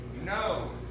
No